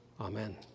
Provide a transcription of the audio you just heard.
Amen